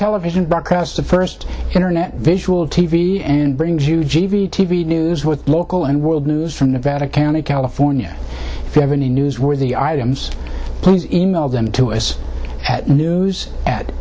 television broadcasts the first internet visual t v and brings you g v t v news with local and world news from nevada county california seventy newsworthy items please e mail them to us at news at